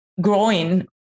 growing